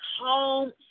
home